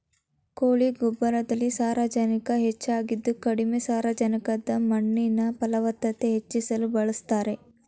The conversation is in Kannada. ಕೋಳಿ ಗೊಬ್ಬರದಲ್ಲಿ ಸಾರಜನಕ ಹೆಚ್ಚಾಗಿದ್ದು ಕಡಿಮೆ ಸಾರಜನಕದ ಮಣ್ಣಿನ ಫಲವತ್ತತೆ ಹೆಚ್ಚಿಸಲು ಬಳಸ್ತಾರೆ